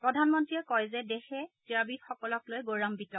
প্ৰধানমন্ত্ৰীয়ে কয় যে দেশে ক্ৰীড়াবিদসকলক লৈ গৌৰান্নিত